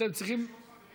אני מוותר, כמובן.